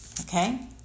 Okay